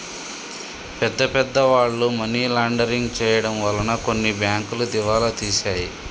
పెద్ద పెద్ద వాళ్ళు మనీ లాండరింగ్ చేయడం వలన కొన్ని బ్యాంకులు దివాలా తీశాయి